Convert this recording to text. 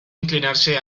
inclinarse